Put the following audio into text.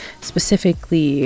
specifically